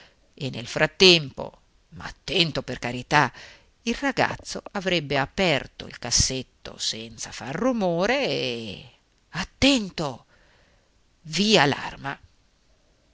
e nel frattempo ma attento per carità il ragazzo avrebbe aperto il cassetto senza far rumore e attento via